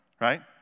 right